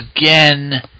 Again